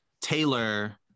Taylor